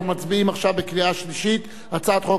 אנחנו מצביעים עכשיו בקריאה שלישית על הצעת חוק